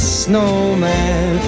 snowman